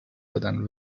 دادن